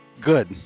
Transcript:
Good